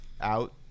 out